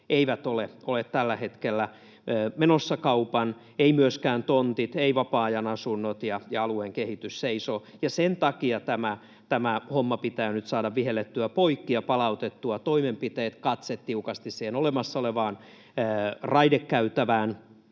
eivät ole tällä hetkellä menossa kaupan, eivät myöskään tontit, eivät vapaa-ajanasunnot, ja alueen kehitys seisoo. Sen takia tämä homma pitää nyt saada vihellettyä poikki ja palautettua toimenpiteet ja katse tiukasti siihen olemassa olevaan raidekäytävään